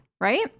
right